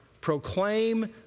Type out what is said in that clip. proclaim